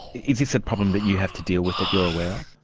is this a problem that you have to deal with that you're aware of?